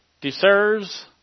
deserves